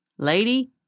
Lady